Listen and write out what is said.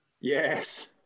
Yes